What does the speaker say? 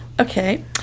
okay